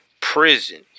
prison